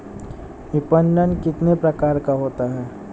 विपणन कितने प्रकार का होता है?